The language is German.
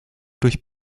durch